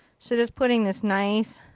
so just putting this nice.